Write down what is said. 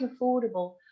affordable